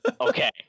Okay